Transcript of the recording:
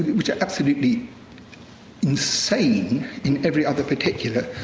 which are absolutely insane in every other particular,